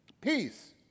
Peace